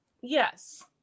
Yes